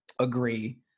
agree